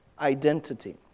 identity